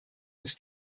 his